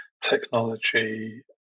technology